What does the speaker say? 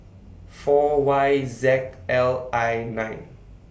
four Y Z L I nine